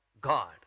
God